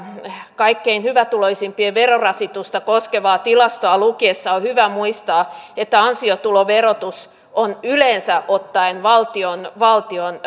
kaikkein hyvätuloisimpien verorasitusta koskevaa tilastoa lukiessa on hyvä muistaa että ansiotuloverotus on yleensä ottaen valtion valtion